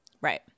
Right